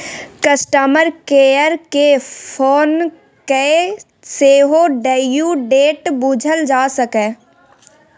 customer care केँ phone कए सेहो ड्यु डेट बुझल जा सकैए